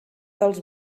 dels